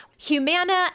Humana